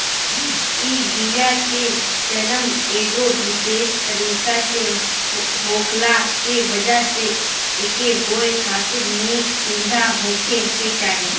इ बिया के जनम एगो विशेष तरीका से होखला के वजह से एके बोए खातिर निक सुविधा होखे के चाही